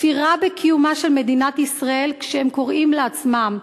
כפירה בקיומה של מדינת ישראל כשהם קוראים לעצמם,